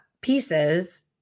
pieces